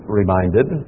reminded